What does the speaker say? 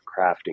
crafting